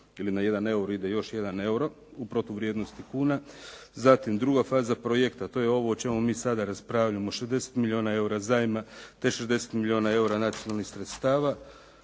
ili na 1 euro ide još 1 euro u protuvrijednosti kuna. Zatim druga faza projekta, to je ovo o čemu mi sada raspravljamo, 60 milijuna eura zajma te 60 milijuna eura nacionalnih sredstava.